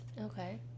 Okay